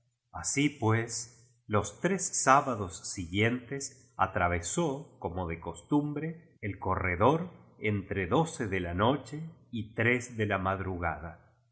así pues los tres sábados siguientes atra vesé como de costumbre el corredor entre doce de la noche y tres de la madrugada